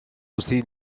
aussi